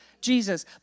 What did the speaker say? jesus